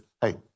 Hey